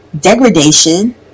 degradation